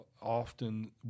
often